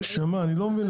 אני לא מבין את זה.